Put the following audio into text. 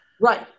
Right